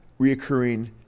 reoccurring